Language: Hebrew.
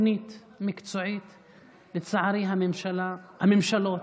רוצה לנהל דיון,